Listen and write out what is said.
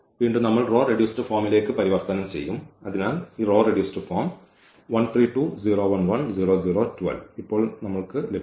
വീണ്ടും നമ്മൾ row reduced ഫോമിലേക്ക് പരിവർത്തനം ചെയ്യും അതിനാൽ ഈ റോ റെഡ്യൂസ്ഡ് ഫോം ഇപ്പോൾ നമ്മൾക്ക് ലഭിച്ചു